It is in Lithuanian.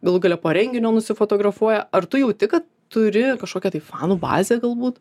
galų gale po renginio nusifotografuoja ar tu jauti kad turi kažkokią tai fanų bazę galbūt